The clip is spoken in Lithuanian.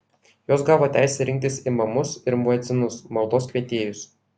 jos gavo teisę rinktis imamus ir muedzinus maldos kvietėjus